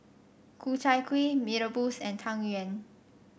Ku Chai Kuih Mee Rebus and Tang Yuen